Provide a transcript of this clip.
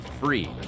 free